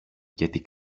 γιατί